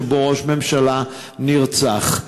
שראש ממשלה נרצח.